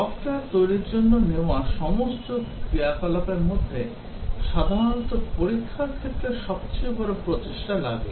software তৈরীর জন্য নেওয়া সমস্ত ক্রিয়াকলাপের মধ্যে সাধারণত পরীক্ষার ক্ষেত্রে সবচেয়ে বড় প্রচেষ্টা লাগে